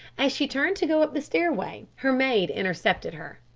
as she turned to go up the stairway her maid intercepted her.